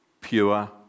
pure